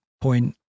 point